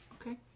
okay